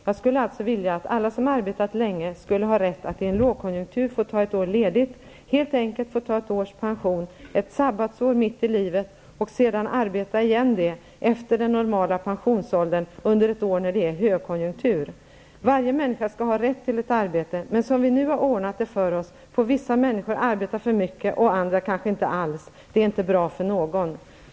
Jag vill att alla som har arbetat länge skall ha rätt att i en lågkonjunktur få ta ett år ledigt, helt enkelt få ta ett års pension, ett sabbatsår mitt i livet, och sedan arbeta igen det efter den normala pensionsåldern, under ett år när det är högkonjunktur. Varje människa skall ha rätt till ett arbete, men som vi nu har ordnat det för oss får vissa människor arbeta för mycket och andra kanske inte alls. Det är inte bra för någon.